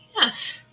yes